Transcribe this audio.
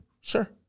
Sure